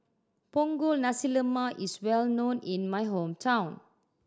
Punggol Nasi Lemak is well known in my hometown